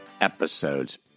Episodes